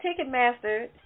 Ticketmaster